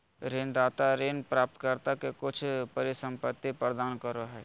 ऋणदाता ऋण प्राप्तकर्ता के कुछ परिसंपत्ति प्रदान करो हइ